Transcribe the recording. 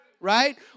right